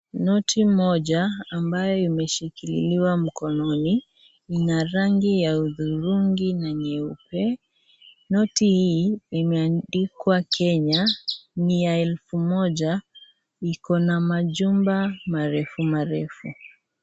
Noti moja amabyo imeshikililiwa mkononi ina rangi ya hudhurungi na nyeupe, noti hii imeandikwa Kenya, ni ya elfu moja, iko na majumba marefu marefu.